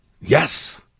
Yes